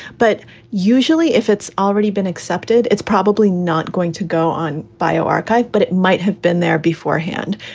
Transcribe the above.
but usually if it's already been accepted, it's probably not going to go on. bio archive. but it might have been there beforehand.